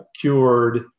cured